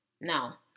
Now